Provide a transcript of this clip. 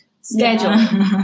schedule